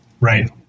Right